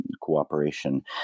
cooperation